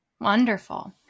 Wonderful